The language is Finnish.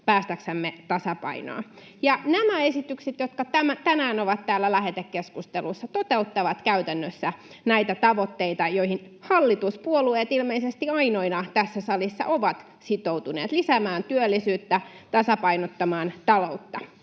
päästäksemme tasapainoon. Nämä esitykset, jotka tänään ovat täällä lähetekeskustelussa, toteuttavat käytännössä näitä tavoitteita, joihin hallituspuolueet ilmeisesti ainoina tässä salissa ovat sitoutuneet: lisäämään työllisyyttä, tasapainottamaan taloutta.